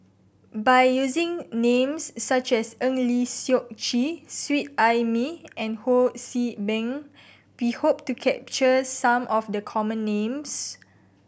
by using names such as Eng Lee Seok Chee Seet Ai Mee and Ho See Beng we hope to capture some of the common names